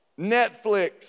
Netflix